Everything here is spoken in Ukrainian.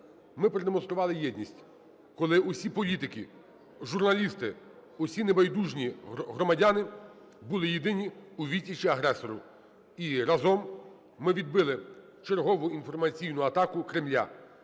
ми продемонстрували єдність, коли всі політики, журналісти, усі небайдужі громадяни були єдині у відсічі агресору, і разом ми відбили чергову інформаційну атаку Кремля.